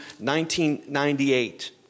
1998